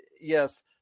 yes